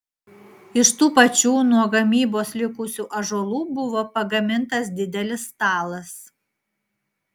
iš tų pačių nuo gamybos likusių ąžuolų buvo pagamintas didelis stalas